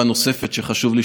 כל שכן חבר פרלמנט,